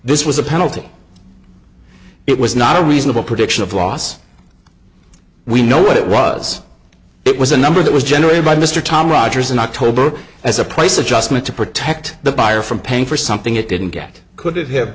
this was a penalty it was not a reasonable prediction of loss we know what it was it was a number that was generated by mr tom rogers in october as a price adjustment to protect the buyer from paying for something it didn't get could it have